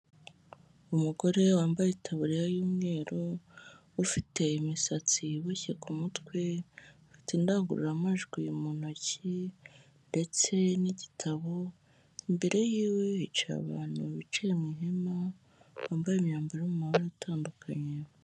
Umugore wambaye itaburiya y'umweru ufite imisatsi iboshye ku mutwe, afite indangururamajwi mu ntoki ndetse n'igitabo, mbere y'iwe hicaye abantu bicaye mu ihema bambaye imyambaro yo mu mabara atandukanye.